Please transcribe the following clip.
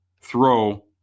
throw